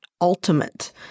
ultimate